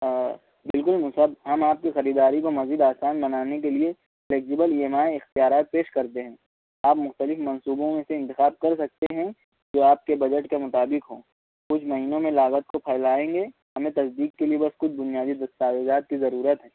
بالکل مصعب ہم آپ کے خریداری کو مزید آسان بنانے کے لیے فلیگزیبل ای ایم آئی اختیارات پیش کرتے ہیں آپ مختلف منصوبوں میں سے انتخاب کر سکتے ہیں جو آپ کے بجٹ کے مطابق ہوں کچھ مہینوں میں لاگت کو پھیلائیں گے ہمیں تصدیق کے لیے بس کچھ بنیادی دستاویزات کی ضرورت ہے